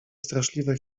straszliwe